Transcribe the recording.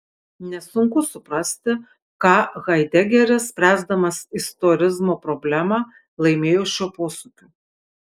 nesunku suprasti ką haidegeris spręsdamas istorizmo problemą laimėjo šiuo posūkiu